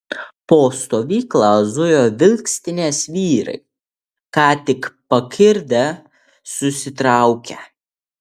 po stovyklą zujo vilkstinės vyrai ką tik pakirdę susitraukę